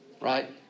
Right